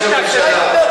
תגיד "טעינו".